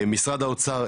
משרד האוצר,